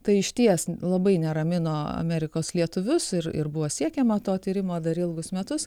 tai išties labai neramino amerikos lietuvius ir ir buvo siekiama to tyrimo dar ilgus metus